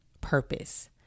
purpose